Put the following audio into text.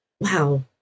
wow